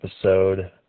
episode